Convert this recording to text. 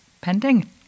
pending